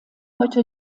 heute